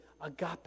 agape